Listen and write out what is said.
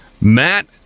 Matt